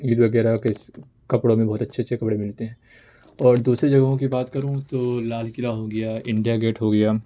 عید وغیرہ کے کپڑوں میں بہت اچھے اچھے کپڑے ملتے ہیں اور دوسری جگہوں کی بات کروں تو لال قلعہ ہوگیا انڈیا گیٹ ہو گیا